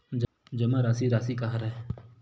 जमा राशि राशि का हरय?